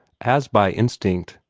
as by instinct,